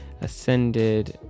ascended